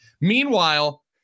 meanwhile